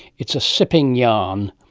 it's a sipping yarn.